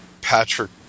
Patrick